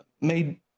made